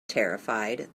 terrified